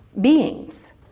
beings